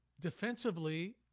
defensively